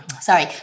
sorry